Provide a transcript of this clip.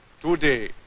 today